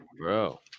Bro